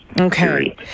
Okay